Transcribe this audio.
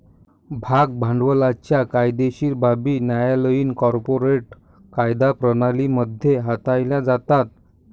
भाग भांडवलाच्या कायदेशीर बाबी न्यायालयीन कॉर्पोरेट कायदा प्रणाली मध्ये हाताळल्या जातात